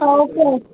okay